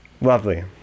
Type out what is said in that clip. Lovely